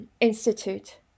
institute